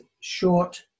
short